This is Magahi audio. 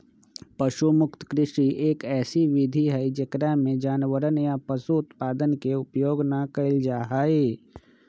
पशु मुक्त कृषि, एक ऐसी विधि हई जेकरा में जानवरवन या पशु उत्पादन के उपयोग ना कइल जाहई